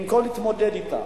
במקום להתמודד אתם,